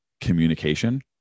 communication